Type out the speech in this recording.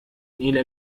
الى